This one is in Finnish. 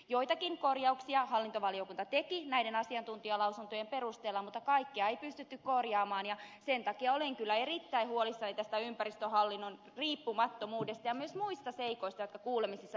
joitakin korjauksia hallintovaliokunta teki näiden asiantuntijalausuntojen perusteella mutta kaikkea ei pystytty korjaamaan ja sen takia olen kyllä erittäin huolissani ympäristöhallinnon riippumattomuudesta ja myös muista seikoista jotka kuulemisessa tulivat esiin